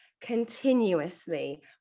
continuously